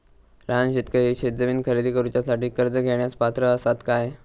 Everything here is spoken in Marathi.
लहान शेतकरी शेतजमीन खरेदी करुच्यासाठी कर्ज घेण्यास पात्र असात काय?